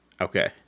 Okay